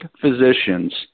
physicians